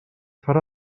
farà